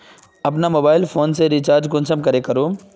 अपना mobile phone से कोई भी रिचार्ज कुंसम करे करूम?